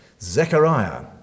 Zechariah